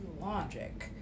logic